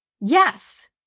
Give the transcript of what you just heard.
Yes